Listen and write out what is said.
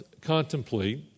contemplate